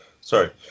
Sorry